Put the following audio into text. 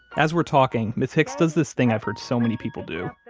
as we're talking, ms. hicks does this thing i've heard so many people do,